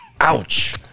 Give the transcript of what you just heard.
ouch